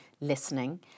listening